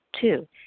Two